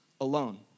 alone